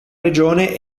regione